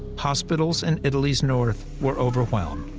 hospitals in italy's north were overwhelmed.